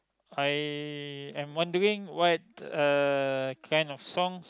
I am wondering what uh kind of songs